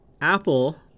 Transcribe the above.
Apple